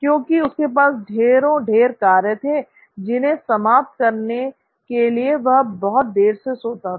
क्योंकि उसके पास ढेरों ढेर कार्य थे जिन्हें समाप्त करने के लिए बहुत देर से सोता था